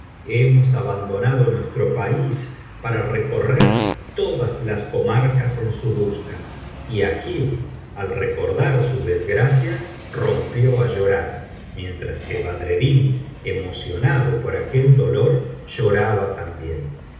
hemos abandonado nuestro país para recorrer todas las comarcas en su busca y agib al recordar su desgracia rompió á llorar mientras que badreddin emocionado por aquel dolor lloraba también